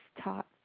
taught